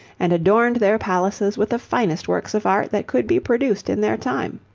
and adorned their palaces with the finest works of art that could be produced in their time.